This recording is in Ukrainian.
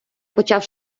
почав